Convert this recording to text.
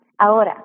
Ahora